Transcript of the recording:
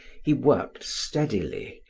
he worked steadily,